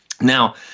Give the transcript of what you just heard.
Now